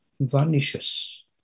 vanishes